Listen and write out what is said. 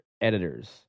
editors